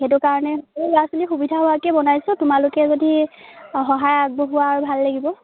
সেইটো কাৰণে সৰু ল'ৰা ছোৱালীৰ সুবিধা হোৱাকৈ বনাইছোঁ তোমালোকে যদি সহায় আগবঢ়োৱা আৰু ভাল লাগিব